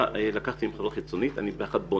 אני נשען על סיוע חיצונים וכך אני בונה.